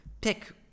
pick